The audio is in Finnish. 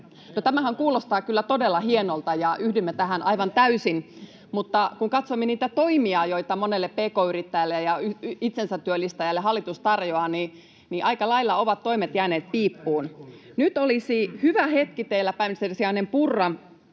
tämähän kuulostaa kyllä todella hienolta, ja yhdymme tähän aivan täysin. Mutta kun katsomme niitä toimia, joita monelle pk-yrittäjälle ja itsensätyöllistäjälle hallitus tarjoaa, niin aika lailla ovat toimet jääneet piippuun. Nyt olisi hyvä hetki teillä, pääministerin sijainen Purra,